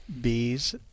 bees